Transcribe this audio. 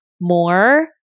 more